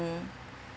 mm